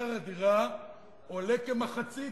שכר הדירה עולה כמחצית